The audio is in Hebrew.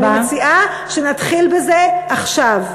ואני מציעה שנתחיל בזה עכשיו.